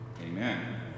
Amen